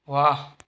वाह